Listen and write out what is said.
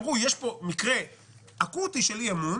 אמרו: יש פה מקרה אקוטי של אי-אמון